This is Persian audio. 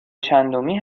چندمی